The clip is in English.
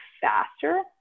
faster